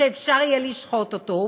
שאפשר יהיה לשחוט אותו.